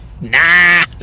Nah